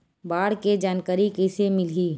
बाढ़ के जानकारी कइसे मिलही?